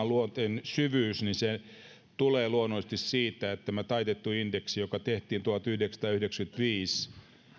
luonteen syvyyden niin se tulee luonnollisesti siitä mikä tämän taitetun indeksin joka tehtiin